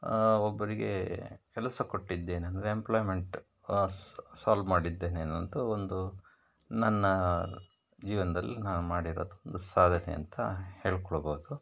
ಒಬ್ಬರಿಗೆ ಕೆಲಸ ಕೊಟ್ಟಿದ್ದೇನೆ ಅಂದರೆ ಎಂಪ್ಲಾಯ್ಮೆಂಟ್ ಸ್ ಸಾಲ್ವ್ ಮಾಡಿದ್ದೇನೆ ಎನ್ನುವಂಥ ಒಂದು ನನ್ನ ಜೀವನದಲ್ಲಿ ನಾನು ಮಾಡಿರೋದು ಒಂದು ಸಾಧನೆ ಅಂತ ಹೇಳ್ಕೊಳ್ಬಹುದು